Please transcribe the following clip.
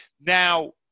now